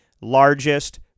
largest